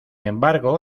embargo